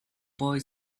boy